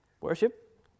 Worship